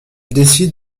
décide